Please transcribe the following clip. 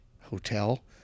hotel